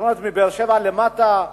מבאר-שבע למטה,